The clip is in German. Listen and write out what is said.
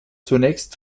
zunächst